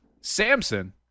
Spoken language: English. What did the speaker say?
Samson